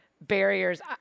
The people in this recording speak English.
barriers